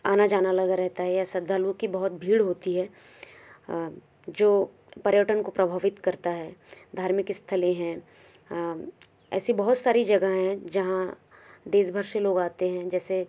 आना जाना लगा रहता है या श्रद्धालुओं की बहुत भीड़ होती है जो पर्यटन को प्रभावित करता है धार्मिक स्थलें हैं ऐसी बहुत सारी जगह हैं जहाँ देशभर से लोग आते हैं जैसे